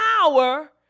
power